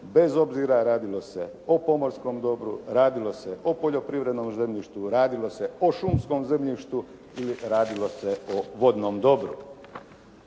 bez obzira radilo se o pomorskom dobru, radilo se o poljoprivrednom zemljištu, radilo se o šumskom zemljištu ili radilo se o vodnom dobru.